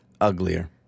Uglier